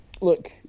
Look